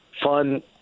fun